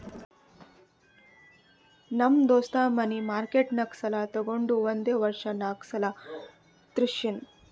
ನಮ್ ದೋಸ್ತ ಮನಿ ಮಾರ್ಕೆಟ್ನಾಗ್ ಸಾಲ ತೊಗೊಂಡು ಒಂದೇ ವರ್ಷ ನಾಗ್ ಸಾಲ ತೀರ್ಶ್ಯಾನ್